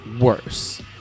worse